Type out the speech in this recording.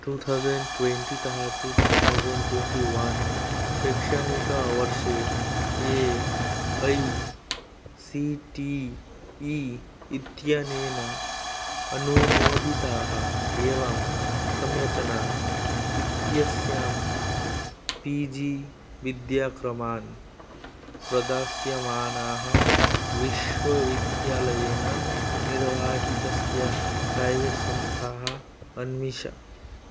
two thousand ट्वेण्टितः two thousand twenty one शैक्षणिकवर्षे A I C T E इत्यनेन अनुमोदिताः एवं संरचना इत्यस्यां पी जी विद्याक्रमान् प्रदास्यमानाः विश्वविद्यालयेन निर्वाहितस्य प्रैवेट् संस्थाः अन्विष